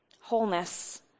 wholeness